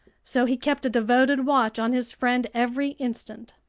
so he kept a devoted watch on his friend every instant.